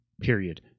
period